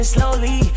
slowly